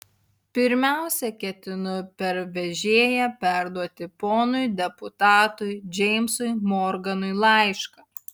pirmiausia ketinu per vežėją perduoti ponui deputatui džeimsui morganui laišką